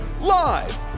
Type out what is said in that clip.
live